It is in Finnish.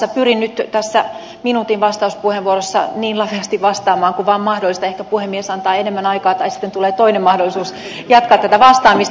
pyrin nyt tässä minuutin vastauspuheenvuorossa niin laveasti vastaamaan kuin vaan mahdollista ehkä puhemies antaa enemmän aikaa tai sitten tulee toinen mahdollisuus jatkaa tätä vastaamista